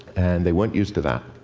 and they weren't used to that.